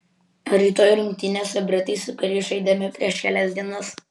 rytoj rungtynės su britais su kuriais žaidėme prieš kelias dienas